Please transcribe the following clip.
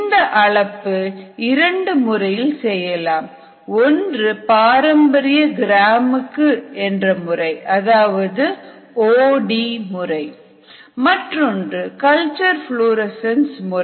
இந்த அளப்பு இரண்டு முறையில் செய்யலாம் ஒன்று பாரம்பரிய கிராம் முக்கு என்ற முறை அதாவது ஓ டி முறை மற்றொன்று கல்ச்சர் புளோரசன்ஸ் முறை